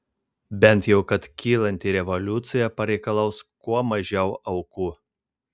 bent jau kad kylanti revoliucija pareikalaus kuo mažiau aukų